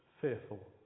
fearful